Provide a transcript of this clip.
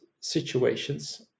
situations